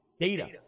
data